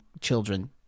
children